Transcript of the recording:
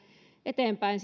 eteenpäin